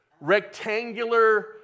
rectangular